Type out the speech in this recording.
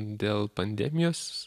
dėl pandemijos